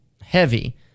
heavy